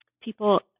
people